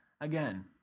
Again